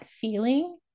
feeling